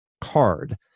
card